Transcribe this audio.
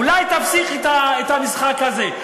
אולי תפסיק את המשחק הזה?